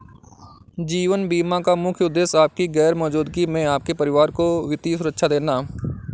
जीवन बीमा का मुख्य उद्देश्य आपकी गैर मौजूदगी में आपके परिवार को वित्तीय सुरक्षा देना